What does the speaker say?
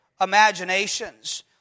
imaginations